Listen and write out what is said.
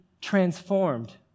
transformed